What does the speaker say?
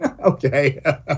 Okay